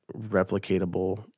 replicatable